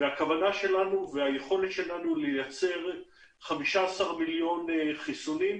הכוונה שלנו והיכולת שלנו לייצר 15 מיליון חיסונים,